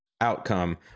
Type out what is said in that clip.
outcome